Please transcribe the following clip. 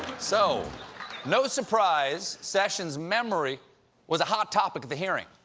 so no surprise, sessions' memory was a hot topic at the hearing.